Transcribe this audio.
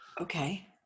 Okay